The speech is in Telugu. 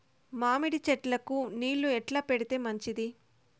మామిడి చెట్లకు నీళ్లు ఎట్లా పెడితే మంచిది?